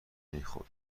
میخورد